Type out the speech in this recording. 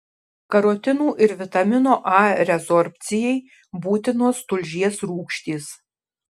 karotinų ir vitamino a rezorbcijai būtinos tulžies rūgštys